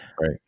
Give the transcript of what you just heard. Right